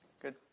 Good